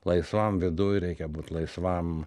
laisvam viduj reikia būt laisvam